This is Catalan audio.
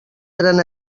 eren